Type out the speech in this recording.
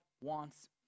wants